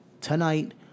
tonight